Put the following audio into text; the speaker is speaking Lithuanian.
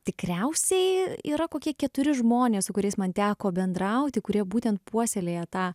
tikriausiai yra kokie keturi žmonės su kuriais man teko bendrauti kurie būtent puoselėja tą